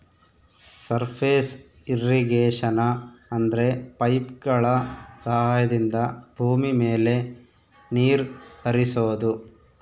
surface irrigation ಅಂದ್ರೆ ಪೈಪ್ಗಳ ಸಹಾಯದಿಂದ ಭೂಮಿ ಮೇಲೆ ನೀರ್ ಹರಿಸೋದು